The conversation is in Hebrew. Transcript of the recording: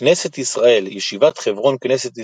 כנסת ישראל ישיבת חברון כנסת ישראל,